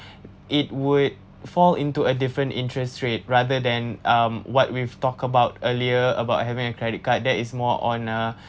it would fall into a different interest rate rather than um what we've talked about earlier about having a credit card that is more on uh